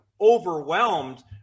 overwhelmed